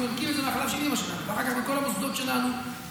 אנחנו יונקים את זה מהחלב של אימא שלנו ואחר כך מכל המוסדות שלנו ובכל,